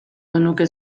genuke